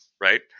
right